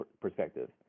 perspective